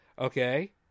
okay